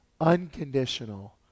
unconditional